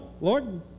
Lord